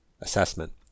assessment